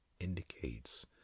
indicates